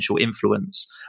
influence